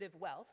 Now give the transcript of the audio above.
wealth